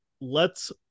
lets